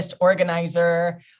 organizer